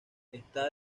está